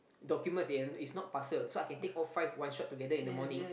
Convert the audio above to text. documents they aer is not parcel so I can take all five one shot together in the morning